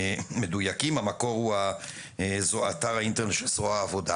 מדויקים המקור הוא אתר האינטרנט של זרוע העבודה